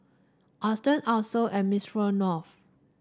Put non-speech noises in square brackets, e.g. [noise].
Aston Acer and [unintelligible]